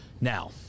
now